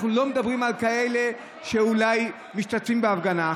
אנחנו לא מדברים על כאלה שאולי משתתפים בהפגנה,